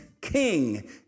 king